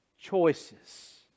Choices